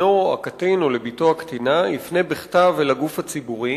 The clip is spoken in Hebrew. לבנו הקטין או לבתו הקטינה יפנה בכתב אל הגוף הציבורי